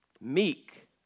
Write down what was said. meek